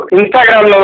Instagram